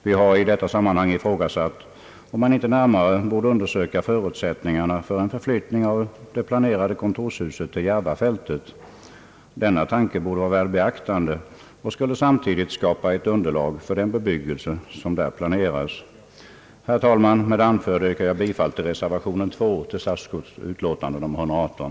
Vi har i detta sammanhang ifrågasatt om man inte närmare borde undersöka förutsättningarna för en förflyttning av det planerade kontorshuset till Järvafältet. Denna tanke borde vara värd beaktande. Man skulle samtidigt skapa ett underlag för den bebyggelse som där planeras. Herr talman! Med det anförda yrkar jag bifall till reservation 2 vid statsutskottets utlåtande nr 118.